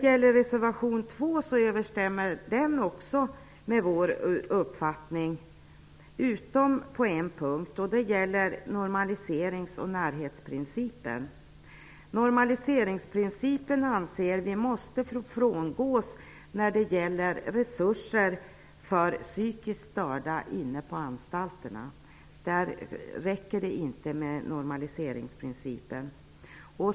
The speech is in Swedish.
Också reservation 2 överensstämmer med vår uppfattning, utom på en punkt. Det gäller normaliserings och närhetsprincipen. Vi anser att normaliseringsprincipen måste frångås när det gäller resurser för psykiskt störda inne på anstalterna. Här är det inte tillräckligt med normaliseringsprincipen.